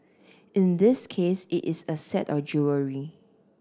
in this case it is a set of jewellery